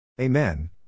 Amen